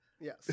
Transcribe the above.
yes